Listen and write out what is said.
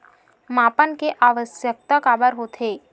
मापन के आवश्कता काबर होथे?